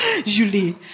julie